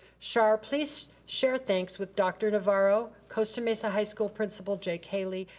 char, please share thanks with dr. navarro, costa-mesa high school principal jake haley,